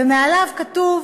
ומעליו כתוב: